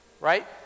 right